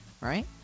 right